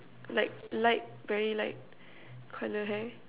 like light very light colour hair